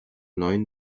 neun